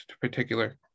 particular